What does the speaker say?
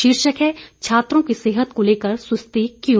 शीर्षक है छात्रों की सेहत को लेकर सुस्ती क्यों